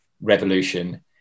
revolution